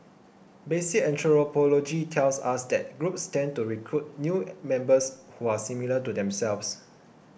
basic anthropology tells us that groups tend to recruit new members who are similar to themselves